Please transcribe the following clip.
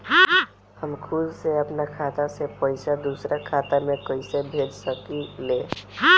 हम खुद से अपना खाता से पइसा दूसरा खाता में कइसे भेज सकी ले?